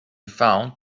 found